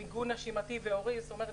מיגון נשימתי ועורי זאת אומרת,